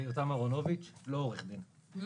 יותם ארונוביץ, לא עורך דין.